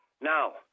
Now